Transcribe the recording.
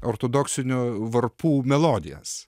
ortodoksinio varpų melodijas